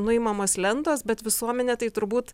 nuimamos lentos bet visuomenė tai turbūt